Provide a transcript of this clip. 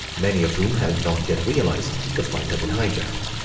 many of whom had not yet realized the flight had been hijacked.